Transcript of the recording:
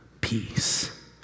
peace